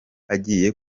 yagiye